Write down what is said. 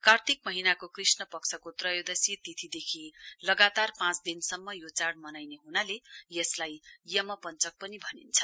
कार्तिक महीनाको कृष्ण पक्षको त्रयोदशी तिथिदेखि लगातार पाँच दिनसम्म यो चाढ़ मनाइने हुनाले यसलाई यमपञ्चक पनि भनिन्छ